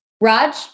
Raj